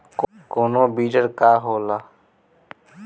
कोनो बिडर का होला?